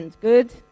good